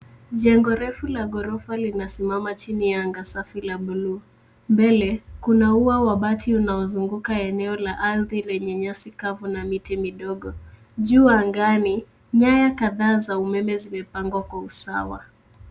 Jengo refu la ghorofa linasimama chini ya anga safi la bluu. Mbele kuna ua wa bati unaozunguka eneo la ardhi wenye nyasi kavu na miti midogo. Juu angani nyaya kadhaa za umeme zimepangwa kwa usawa.